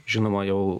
žinoma jau